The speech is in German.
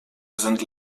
sind